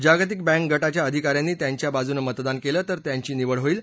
जागतिक बँकगटाच्या अधिकाऱ्यांनी त्यांच्या बाजूनं मतदान केलं तर त्यांची निवड होईल